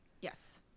Yes